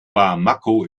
bamako